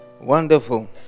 Wonderful